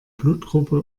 blutgruppe